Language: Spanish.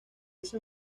ese